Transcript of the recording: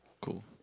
cool